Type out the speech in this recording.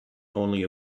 only